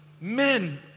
men